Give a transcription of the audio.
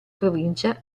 provincia